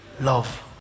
love